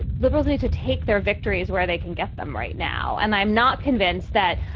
liberals need to take their victories where they can get them right now. and i'm not convinced that,